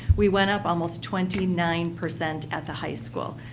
we went up almost twenty nine percent at the high school.